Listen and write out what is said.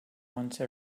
once